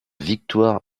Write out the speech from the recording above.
victoire